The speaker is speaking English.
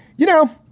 you know,